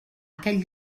aquell